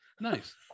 Nice